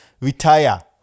retire